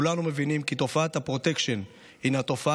כולנו מבינים כי תופעת הפרוטקשן הינה תופעה